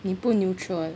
你不 neutral